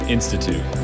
Institute